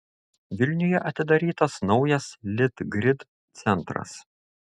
vilniuje atidarytas naujas litgrid centras